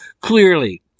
clearly